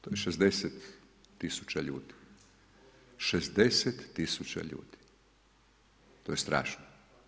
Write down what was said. To je 60 tisuća ljudi, 60 tisuća ljudi, to je strašno.